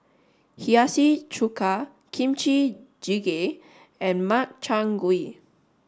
Hiyashi Chuka Kimchi Jjigae and Makchang gui